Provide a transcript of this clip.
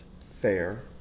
fair